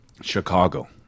Chicago